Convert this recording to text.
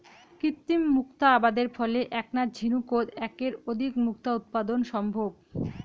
কৃত্রিম মুক্তা আবাদের ফলে এ্যাকনা ঝিনুকোত এ্যাকের অধিক মুক্তা উৎপাদন সম্ভব